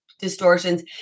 distortions